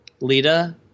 Lita